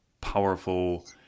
powerful